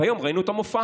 היום ראינו את המופע